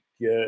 get